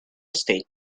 state